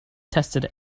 tested